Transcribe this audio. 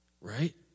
Right